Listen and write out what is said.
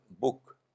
book